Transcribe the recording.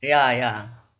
ya ya